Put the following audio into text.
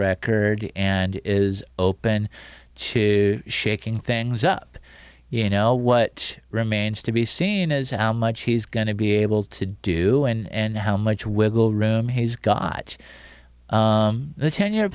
record and is open to shaking things up you know what remains to be seen as much he's going to be able to do and how much wiggle room he's got the ten year